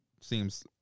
seems